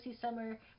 summer